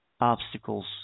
obstacles